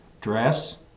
dress